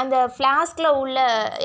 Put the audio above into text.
அந்த ஃபிளாஸ்கில் உள்ள